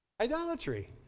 Idolatry